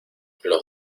los